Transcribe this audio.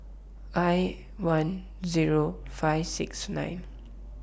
I one Zero five six nine